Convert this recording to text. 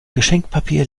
geschenkpapier